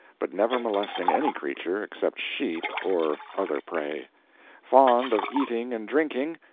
but never molesting any creature, except sheep, or other prey fond of eating and drinking,